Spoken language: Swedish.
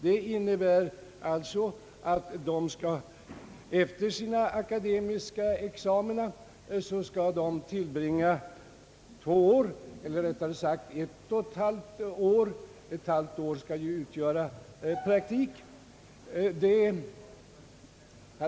Det innebär att de efter sina akademiska examina skall tillbringa två år — eller rättare sagt ett och ett halvt år, eftersom ett halvt år ju skall utgöra praktik — vid journalisthögskolorna.